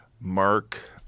Mark